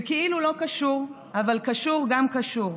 וכאילו לא קשור, אבל קשור גם קשור,